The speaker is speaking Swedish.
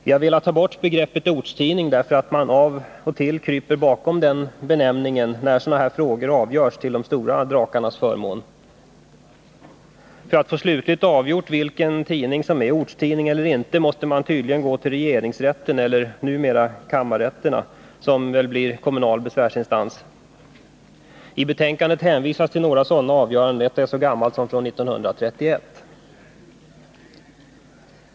Vi har velat ta bort begreppet ortstidning, därför att man av och till kryper bakom den benämningen när sådana här frågor avgörs till de stora drakarnas förmån. För att få slutligt avgjort om en tidning är ortstidning eller inte måste man tydligen gå till regeringsrätten — eller numera kammarrätterna, som väl blir kommunal besvärsinstans. I betänkandet hänvisas till några sådana avgöranden. Ett är så gammalt som från 1931.